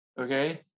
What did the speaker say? Okay